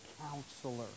Counselor